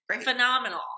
phenomenal